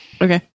okay